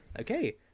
Okay